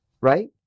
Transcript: right